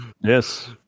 yes